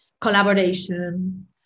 collaboration